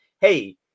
Hey